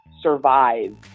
survive